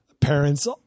parents